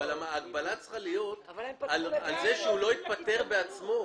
אבל ההגבלה צריכה להיות על זה שהוא לא יתפטר בעצמו.